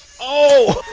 oh!